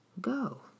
go